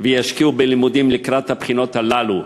וישקיעו בלימודים לקראת הבחינות הללו,